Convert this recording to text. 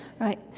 right